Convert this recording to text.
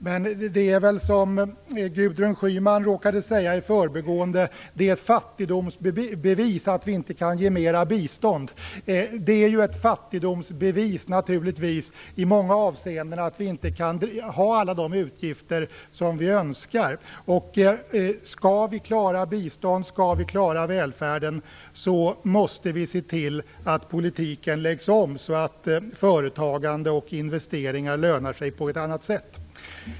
Men det är som Gudrun Schyman råkade säga i förbigående, att det är ett fattigdomsbevis att vi inte kan ge mera bistånd. Det är ett naturligtvis ett fattigdomsbevis i många avseenden att vi inte kan ha alla de utgifter som vi önskar. Skall vi klara biståndet och välfärden måste vi se till att politiken läggs om så att företagande och investeringar lönar sig på ett annat sätt.